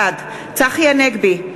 בעד צחי הנגבי,